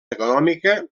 econòmica